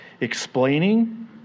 explaining